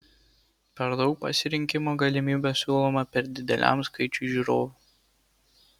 per daug pasirinkimo galimybių siūloma per dideliam skaičiui žiūrovų